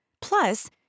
Plus